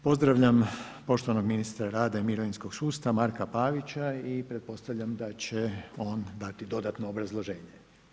Pozdravljam poštovanog ministra rada i mirovinskog sustava Mrka Pavića i pretpostavljam da će on dati dodatno obrazloženje.